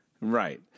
Right